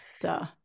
Duh